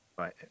Right